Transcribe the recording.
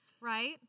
right